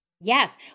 Yes